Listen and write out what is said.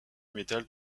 metal